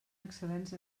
excel·lents